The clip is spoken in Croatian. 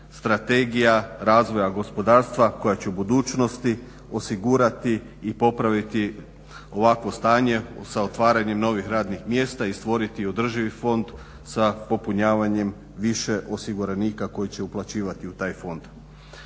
strategija razvoja gospodarstva koja će u budućnosti osigurati i popraviti ovakvo stanje sa otvaranjem novih radnih mjesta i stvoriti održivi fond sa popunjavanjem više osiguranika koji će uplaćivati u taj fond.